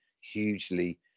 hugely